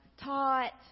taught